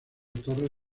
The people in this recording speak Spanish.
torres